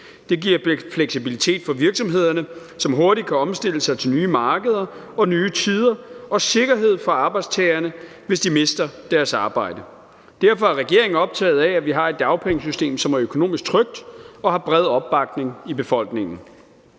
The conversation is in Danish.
Det giver fleksibilitet for virksomhederne, som hurtigt kan omstille sig til nye markeder og nye tider, og sikkerhed for arbejdstagerne, hvis de mister deres arbejde, så derfor er regeringen optaget af, at vi har et dagpengesystem, som er økonomisk trygt og har en bred opbakning i befolkningen.